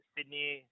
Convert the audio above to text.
Sydney